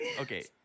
Okay